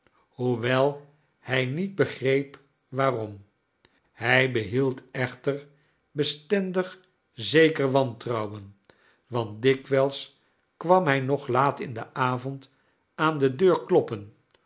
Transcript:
hoewel hij niet begreep waarom hij behield echter bestendig zeker wantrouwen want dikwijls kwam hij nog laat in den avond aan de deur kloppen